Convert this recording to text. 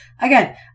Again